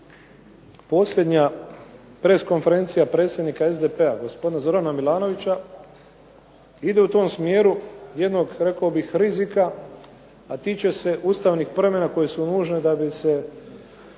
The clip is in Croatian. posljednja press konferencija predsjednika SDP-a gospodina Zorana Milanovića ide u tom smjeru jednog rekao bih rizika, a tiče se ustavnih promjena koje su nužne da bi